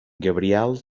gabriel